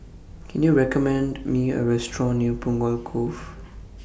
Can YOU recommend Me A Restaurant near Punggol Cove